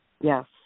Yes